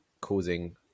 causing